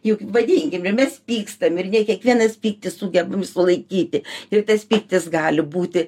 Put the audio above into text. juk vadinkim mes pykstam ir ne kiekvienas pyktį sugebam sulaikyti ir tas pyktis gali būti